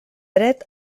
dret